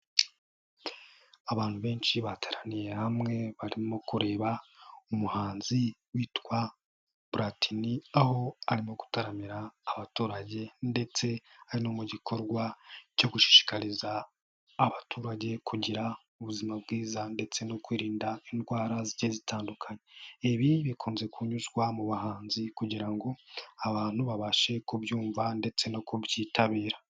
Abantu benshi bateraniye hamwe barimo kureba umuhanzi witwa Platini aho arimo gutaramira abaturage ndetse ari no mu gikorwa cyo gushishikariza abaturage kugira ubuzima bwiza ndetse no kwirinda indwara zigiye zitandukanye, ibi bikunze kunyuzwa mu buhanzi kugira ngo abantu babashe kubyumva ndetse no kubyitabira.